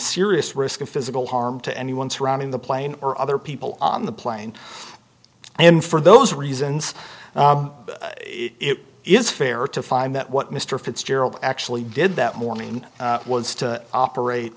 serious risk physical harm to anyone surrounding the plane or other people on the plane and for those reasons it is fair to find that what mr fitzgerald actually did that morning was to operate